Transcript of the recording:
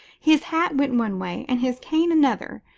his hat went one way and his cane another,